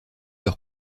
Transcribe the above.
leur